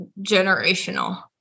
generational